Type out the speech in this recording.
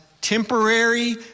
temporary